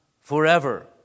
forever